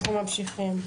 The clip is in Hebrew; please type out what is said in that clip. אנחנו ממשיכים.